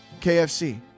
KFC